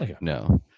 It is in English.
no